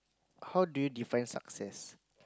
how do you define success